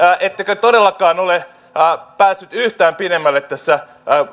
ettekö todellakaan ole päässyt yhtään pidemmälle tässä